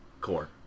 core